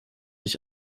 ich